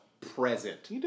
present